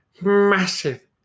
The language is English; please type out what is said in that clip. massive